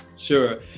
Sure